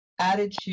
attitude